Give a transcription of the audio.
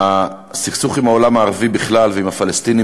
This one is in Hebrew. הסכסוך עם העולם הערבי בכלל ועם הפלסטינים